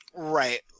right